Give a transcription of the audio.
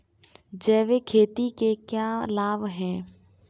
जैविक खेती के क्या लाभ हैं?